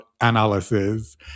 analysis